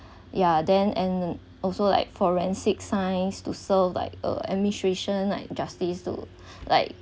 ya then and also like forensic science to solve like uh administration like justice to like